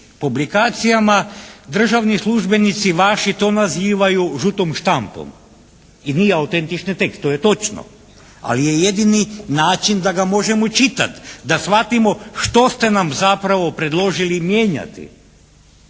publikacijama državni službenici vaši to nazivaju žutom štampom. I nije autentične tekstove, točno. Ali je jedini način da ga možemo čitati. Da shvatimo što ste nam zapravo predložili mijenjati.